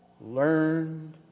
Learned